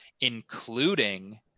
including